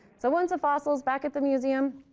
so once a fossil is back at the museum,